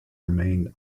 remained